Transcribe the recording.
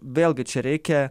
vėlgi čia reikia